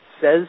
says